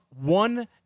one